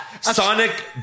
Sonic